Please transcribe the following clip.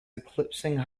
eclipsing